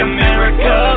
America